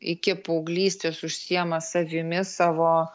iki paauglystės užsiima savimi savo